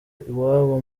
iwabo